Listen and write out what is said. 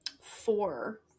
four